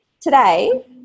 today